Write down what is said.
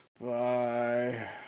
Bye